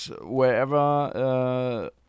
wherever